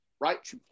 right